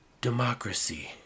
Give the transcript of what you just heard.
democracy